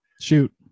shoot